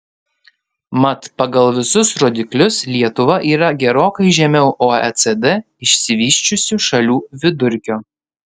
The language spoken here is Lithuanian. mat pagal visus rodiklius lietuva yra gerokai žemiau oecd išsivysčiusių šalių vidurkio